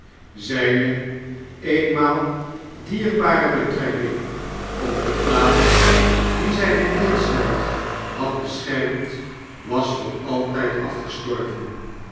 zijne eenmaal dierbare betrekking op de plaats die zpe kindsheid had beschermd was voor altyd afgestorven